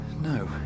No